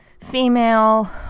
female